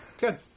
good